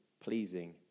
pleasing